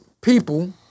people